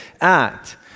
act